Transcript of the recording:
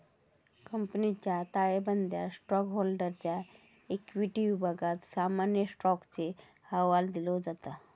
कंपनीच्या ताळेबंदयात स्टॉकहोल्डरच्या इक्विटी विभागात सामान्य स्टॉकचो अहवाल दिलो जाता